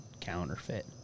counterfeit